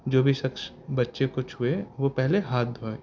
جو بھی شخص بچے کچھ ہوئے وہ پہلے ہاتھ دھوئے